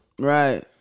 Right